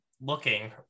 looking